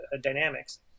dynamics